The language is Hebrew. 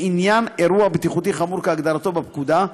לעניין אירוע בטיחותי חמור כהגדרתו בפקודה,